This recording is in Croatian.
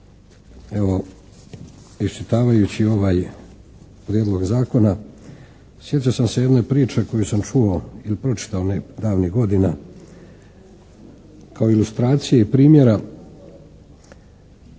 Evo, iščitavajući ovaj prijedlog zakona sjetio sam se jedne priče koju sam čuo ili pročitao davnih godina kao ilustracije i primjera